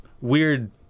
weird